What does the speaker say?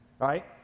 right